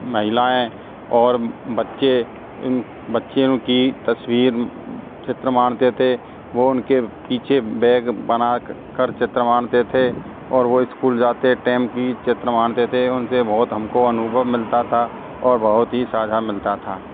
महिलायें और बच्चे इन बच्चियों की तस्वीर चित्र माणते थे वो उनके पीछे बैग बनाकर चित्र माणते थे और वह इस्कूल जाते टाइम की चित्र माणते थे उनसे बहुत हमको अनुभव मिलता था और बहुत ही साझा मिलता था